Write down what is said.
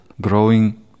growing